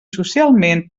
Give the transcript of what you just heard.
socialment